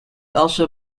also